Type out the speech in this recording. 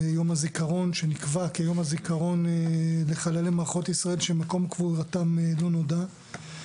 שנקבע כיום הזיכרון לחללי מערכות ישראל שמקום קבורתם לא נודע.